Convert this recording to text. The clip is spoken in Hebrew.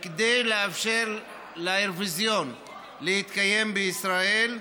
כדי לאפשר לאירוויזיון להתקיים בישראל.